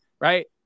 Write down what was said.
right